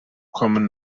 kommen